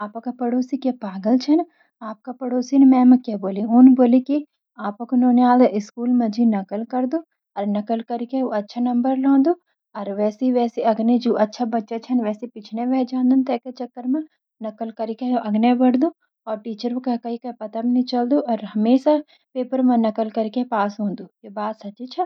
आपका पड़ोसी क्या पागल छ न। आपका पड़ोसी न मैं म क्या बोली उन बोली की आपकू नोनयाल स्कूल माजी नकल करदू और नकल करी के यू स्कूल म अच्छा नंबर लौंदु और वैसी जु अच्छा बच्चा छन वैसी पिछने वाई जां दन नकल का चक्कर म आग्नेय बढ़ दु और टीचर के पता भी नहि चल दु। हमेशा पेपर म नकल करी के पास हों दु या बात सच्ची छ।